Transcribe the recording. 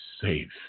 safe